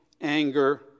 anger